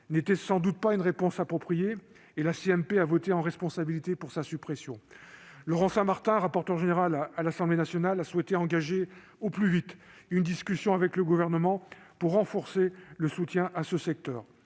n'était sans doute pas une réponse appropriée, et la CMP a voté en responsabilité pour sa suppression. Laurent Saint-Martin, rapporteur général de la commission des finances de l'Assemblée nationale, a souhaité engager au plus vite une discussion avec le Gouvernement pour renforcer le soutien à ce secteur.